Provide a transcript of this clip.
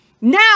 now